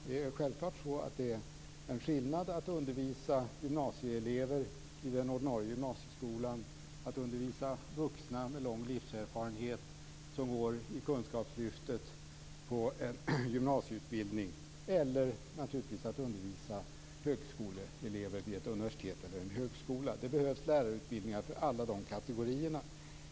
Det är självfallet så att det är skillnad på att undervisa gymnasieelever i den ordinarie gymnasieskolan och att undervisa vuxna med lång livserfarenhet som går i kunskapslyftet på en gymnasieutbildning eller att undervisa högskoleelever vid ett universitet eller en högskola. Det behövs lärarutbildningar för alla dessa kategorier.